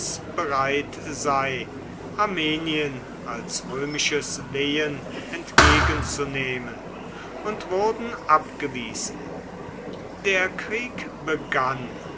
bereit sei armenien als römisches lehen entgegenzunehmen und wurden abgewiesen der krieg begann